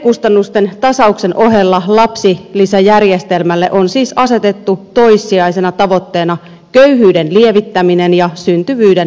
perhekustannusten tasauksen ohella lapsilisäjärjestelmälle on siis asetettu toissijaisena tavoitteena köyhyyden lievittäminen ja syntyvyyden lisääminen